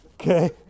okay